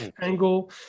angle